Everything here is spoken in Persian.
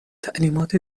تعلیمات